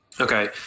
Okay